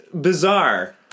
bizarre